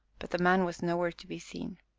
but the man was nowhere to be seen.